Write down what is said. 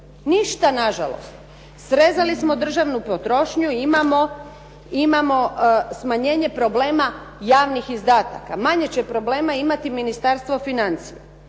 Ništa nažalost. Srezali smo državnu potrošnju, imamo smanjenje problema javnih izdataka. Manje će problema imati Ministarstvo financija.